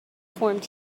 formed